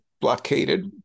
blockaded